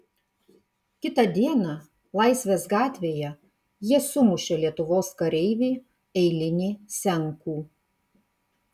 kitą dieną laisvės gatvėje jie sumušė lietuvos kareivį eilinį senkų